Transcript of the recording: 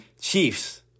Chiefs